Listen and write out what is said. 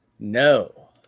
No